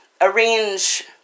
arrange